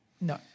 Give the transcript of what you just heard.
no